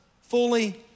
fully